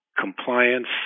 compliance